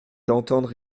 d’entendre